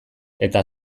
eta